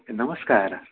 नमस्कार